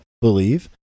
believe